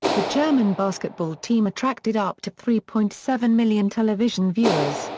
the german basketball team attracted up to three point seven million television viewers,